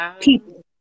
people